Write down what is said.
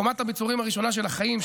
חומת הביצורים הראשונה של החיים,